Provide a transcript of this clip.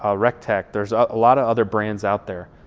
ah rec tec, there's a lot of other brands out there.